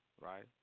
right